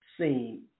seen